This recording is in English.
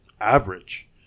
average